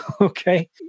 okay